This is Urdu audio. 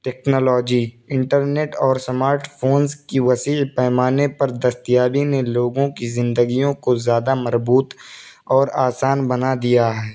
ٹیکنالوجی انٹر نیٹ اور سمارٹ فونس کی وسیع پیمانے پر دستیابی نے لوگوں کی زندگیوں کو زیادہ مربوط اور آسان بنا دیا ہے